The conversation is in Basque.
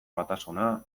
batasuna